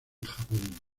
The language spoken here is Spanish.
japón